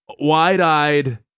wide-eyed